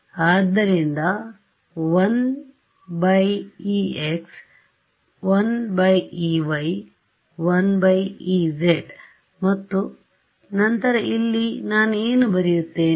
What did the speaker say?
ಆದ್ದರಿಂದ 1ex 1ey 1ez ಮತ್ತು ನಂತರ ಇಲ್ಲಿ ನಾನು ಏನು ಬರೆಯುತ್ತೇನೆ